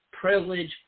privilege